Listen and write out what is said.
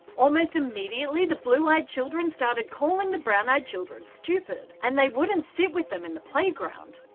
almost immediately, the blue eyed children starting calling the brown eyed children stupid and they wouldn't sit with them in the playground.